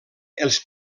els